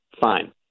fine